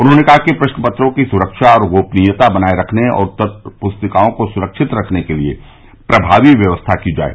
उन्होंने कहा कि प्रश्नपत्रों की सुरक्षा और गोपनीयता बनाये रखने और उत्तर पुस्तिकाओं को सुरक्षित रखने के लिये प्रभावी व्यवस्था की जाये